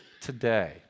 today